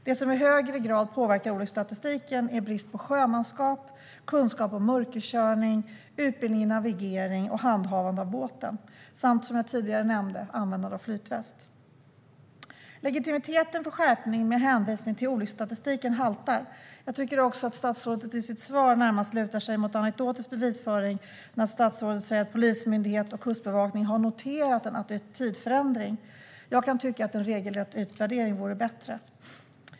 Det som i högre grad påverkar olycksstatistiken är brist på sjömanskap, kunskap om mörkerkörning, utbildning i navigering och handhavande av båten samt, vilket jag tidigare nämnde, användande av flytväst. Legitimiteten för en skärpning med hänvisning till olycksstatistiken haltar. Jag tycker också att statsrådet i sitt svar närmast lutar sig mot anekdotisk bevisföring när han säger att Polismyndigheten och Kustbevakningen har noterat en attitydförändring. Jag tycker att en regelrätt utvärdering vore bättre.